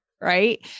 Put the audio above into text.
Right